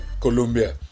Colombia